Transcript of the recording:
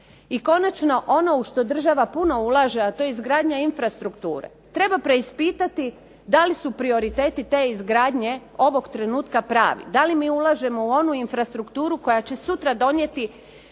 I konačno ono u što država puno ulaže, a to je izgradnja infrastrukture. Treba preispitati da li su prioriteti te izgradnje ovog trenutka pravi, da li mi ulažemo u onu infrastrukturu koja će sutra doprinijeti